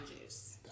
juice